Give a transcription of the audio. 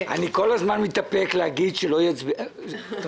אני כל הזמן מתאפק להגיד שלא טוב,